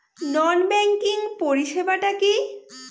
নন banking পরিষেবা টা কি?